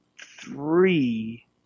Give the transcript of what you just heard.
three